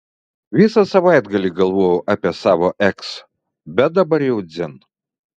visą savaitgalį galvojau apie savo eks bet dabar jau dzin